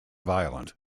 violent